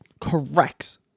corrects